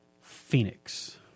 Phoenix